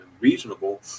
reasonable